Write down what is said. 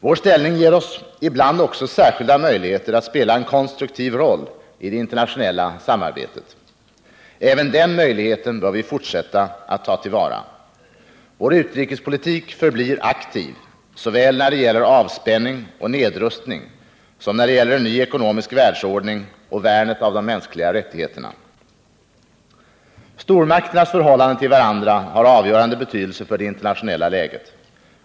Vår ställning ger oss ibland också särskilda möjligheter att spela en konstruktiv roll i det internationella samarbetet. Även den möjligheten bör vi fortsätta att ta till vara. Vår utrikespolitik förblir aktiv såväl när det gäller avspänning och nedrustning som när det gäller en ny ekonomisk världsordning och värnet av de mänskliga rättigheterna. | Stormakternas förhållande till varandra har avgörande betydelse för det | internationella läget.